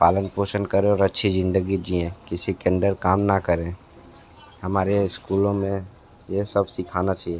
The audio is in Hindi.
पालन पोषण करें और अच्छी जिंदगी जिए किसी के अंडर काम न करे हमारे स्कूलों में ये सब सिखाना चाहिए